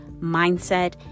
mindset